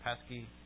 pesky